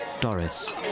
Doris